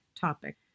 topic